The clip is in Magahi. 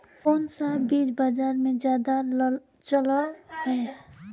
कोन सा बीज बाजार में ज्यादा चलल है?